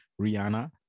rihanna